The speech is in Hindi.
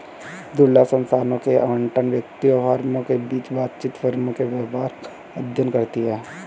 दुर्लभ संसाधनों के आवंटन, व्यक्तियों, फर्मों के बीच बातचीत, फर्मों के व्यवहार का अध्ययन करती है